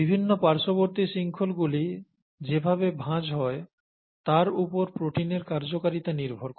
বিভিন্ন পার্শ্ববর্তী শৃংখলগুলি যেভাবে ভাঁজ হয় তার ওপর প্রোটিনের কার্যকারিতা নির্ভর করে